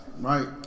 right